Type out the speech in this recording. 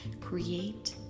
Create